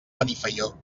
benifaió